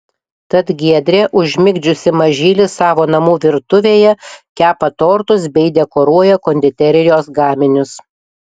tad giedrė užmigdžiusi mažylį savo namų virtuvėje kepa tortus bei dekoruoja konditerijos gaminius